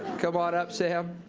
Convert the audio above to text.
come on up sam.